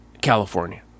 California